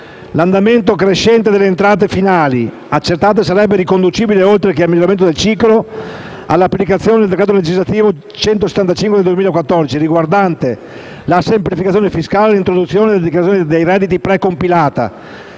L'andamento crescente delle entrate finali accertate sarebbe riconducibile, oltre che al miglioramento del ciclo, all'applicazione del decreto legislativo 21 novembre 2014, n. 175 - riguardante la semplificazione fiscale e l'introduzione della dichiarazione dei redditi precompilata